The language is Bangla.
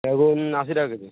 বেগুন আশি টাকা কেজি